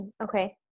okay